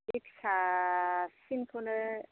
बे फिसासिनखौनो